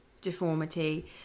Deformity